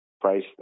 price